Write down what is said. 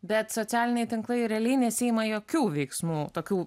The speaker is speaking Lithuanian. bet socialiniai tinklai realiai nesiima jokių veiksmų tokių